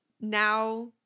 now